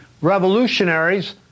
revolutionaries